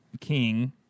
king